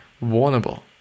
vulnerable